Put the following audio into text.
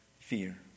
Fear